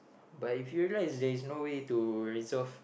but if you realise there is no way to resolve